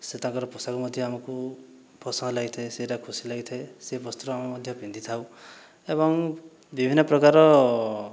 ସେଠାକାର ପୋଷାକ ମଧ୍ୟ ଆମକୁ ପସନ୍ଦ ଲାଗିଥାଏ ସେଇଟା ଖୁସି ଲାଗିଥାଏ ସେ ବସ୍ତ୍ର ଆମେ ମଧ୍ୟ ପିନ୍ଧିଥାଉ ଏବଂ ବିଭିନ୍ନ ପ୍ରକାର